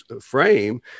frame